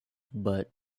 but